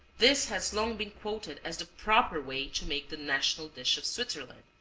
this has long been quoted as the proper way to make the national dish of switzerland.